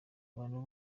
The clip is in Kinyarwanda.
abantu